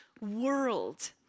world